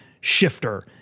shifter